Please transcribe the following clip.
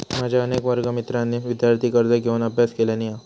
माझ्या अनेक वर्गमित्रांनी विदयार्थी कर्ज घेऊन अभ्यास केलानी हा